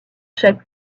chaque